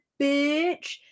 bitch